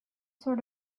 sort